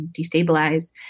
destabilize